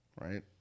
Right